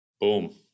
Boom